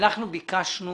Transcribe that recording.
אנחנו ביקשנו